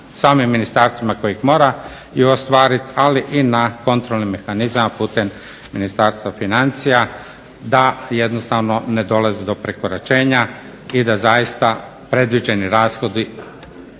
samim ministarstvima koje ih moraju ostvarit ali i na kontrolnim mehanizmima putem Ministarstva financija da jednostavno ne dolazi do prekoračenja i da zaista predviđeni rashodi